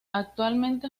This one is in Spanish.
actualmente